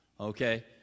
okay